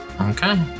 Okay